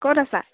ক'ত আছা